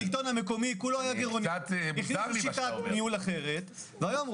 השלטון המקומי הפעילו שיטת ניהול אחרת ואגב,